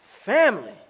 family